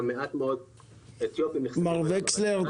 גם מעט מאוד אתיופים נחשפים אליו --- מר וקסלר,